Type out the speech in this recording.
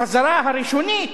בחזרה הראשונית,